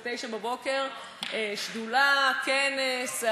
ב-09:00, שדולה, כנס,